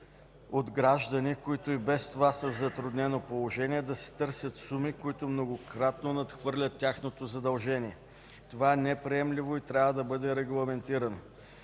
от граждани, които и без това са в затруднено положение, да се търсят суми, които многократно надхвърлят тяхното задължение. Това е неприемливо и трябва да бъде регламентирано.